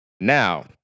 Now